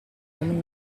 uomini